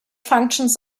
functions